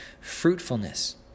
fruitfulness